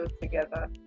together